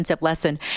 lesson